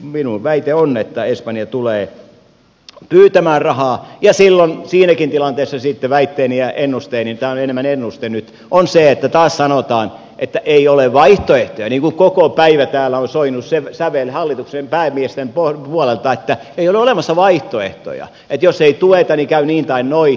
minun väitteeni on että espanja tulee pyytämään rahaa ja siinäkin tilanteessa sitten väitteeni ja ennusteeni tämä on enemmän ennuste nyt on se että taas sanotaan että ei ole vaihtoehtoja niin kuin koko päivä täällä on soinut se sävel hallituksen päämiesten puolelta että ei ole olemassa vaihtoehtoja että jos ei tueta niin käy niin tai noin